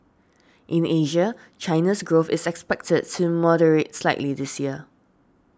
in Asia China's growth is expected to moderate slightly this year